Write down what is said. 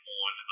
on